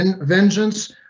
vengeance